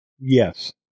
Yes